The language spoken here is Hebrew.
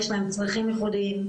יש להם צרכים ייחודיים,